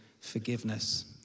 forgiveness